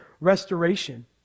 restoration